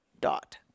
Dot